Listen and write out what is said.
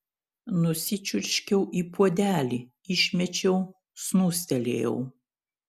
nusičiurškiau į puodelį išmečiau snūstelėjau